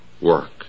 work